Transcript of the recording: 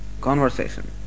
conversation